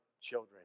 children